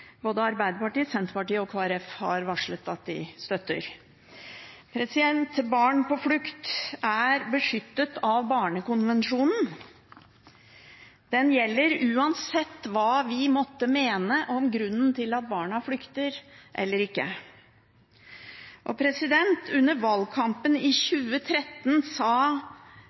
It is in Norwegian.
både Arbeiderpartiet, Senterpartiet og Kristelig Folkeparti har varslet at de støtter. Barn på flukt er beskyttet av Barnekonvensjonen. Den gjelder uansett hva vi måtte mene om grunnen til at barna flykter. Under valgkampen i 2013 sa